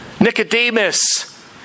Nicodemus